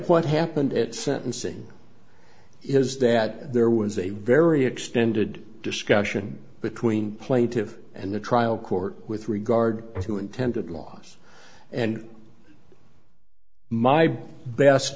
what happened at sentencing is that there was a very extended discussion between plaintive and the trial court with regard to intended laws and my best